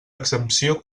exempció